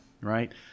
right